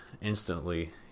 instantly